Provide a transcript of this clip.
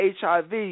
HIV